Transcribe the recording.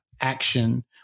action